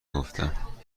گفتم